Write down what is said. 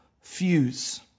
fuse